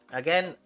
again